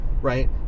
right